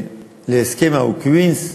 בנושא הסכם ה-QIZ,